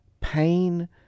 pain